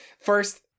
first